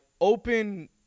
open